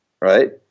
right